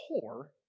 poor